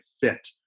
fit